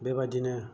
बेबायदिनो